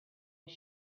was